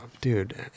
dude